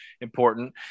important